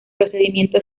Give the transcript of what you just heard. procedimiento